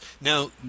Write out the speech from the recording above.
Now